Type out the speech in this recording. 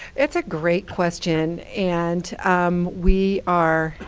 that's a great question. and um we are,